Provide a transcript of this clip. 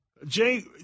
Jay